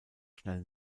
schnell